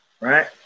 Right